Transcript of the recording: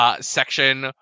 Section